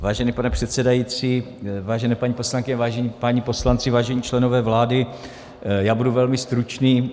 Vážený pane předsedající, vážené paní poslankyně, vážení páni poslanci, vážení členové vlády, já budu velmi stručný.